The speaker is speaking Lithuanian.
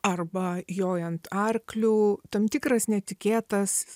arba jojant arkliu tam tikras netikėtas